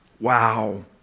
Wow